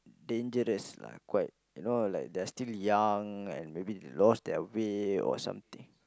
dangerous lah quite you know like they are still young and maybe lost their way or something